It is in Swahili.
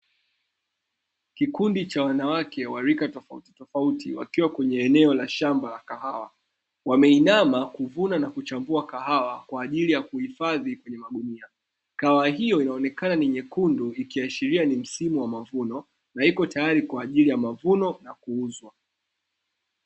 Kikundi cha wanawake wa rika tofauti tofauti wakiwa kwenye eneo la shamba la kahawa. Wameinama kuvuna na kuchambua kahawa kwa ajili ya kuhifadhi kwenye magunia. Kahawa hiyo inaonekana ni nyekundu ikiashiria ni msimu wa mavuno, na iko tayari kwa ajili ya mavuno na kuuzwa.